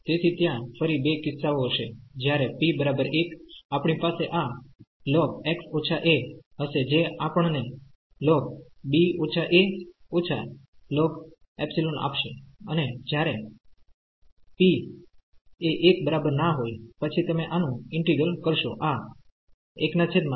તેથી ત્યાં ફરી બે કિસ્સા ઓ હશે જ્યારે p 1 આપણી પાસે આ ln x − a હશે જે આપણ ને ln b − a −ln ϵ આપશે અને જ્યારે p ≠ 1 પછી તમે આનું ઈન્ટિગ્રલકરશો આ બનશે